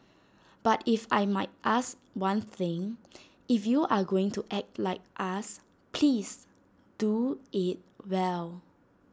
but if I might ask one thing if you are going to act like us please do IT well